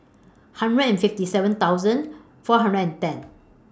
hundred and fifty seven thousand four hundred and ten